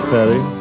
Patty